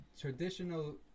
traditional